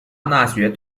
大学